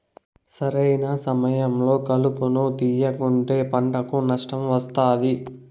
సరైన సమయంలో కలుపును తేయకుంటే పంటకు నష్టం వస్తాది